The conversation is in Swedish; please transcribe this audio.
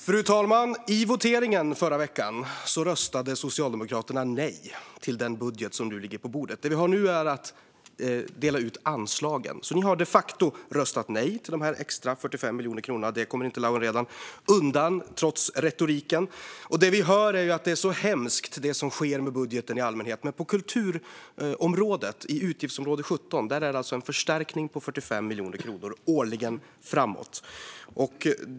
Fru talman! I voteringen förra veckan röstade Socialdemokraterna nej till den budget som nu ligger på bordet. Det vi har nu är att dela ut anslagen. Ni har de facto röstat nej till de extra 45 miljoner kronorna. Det kommer Lawen Redar inte undan trots retoriken. Det vi hör är att det är så hemskt det som sker med budgeten i allmänhet. Men på kulturområdet i utgiftsområde 17 är det en förstärkning på 45 miljoner kronor årligen framåt.